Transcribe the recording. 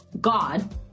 God